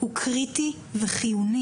זה דבר קריטי וחיוני.